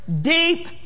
deep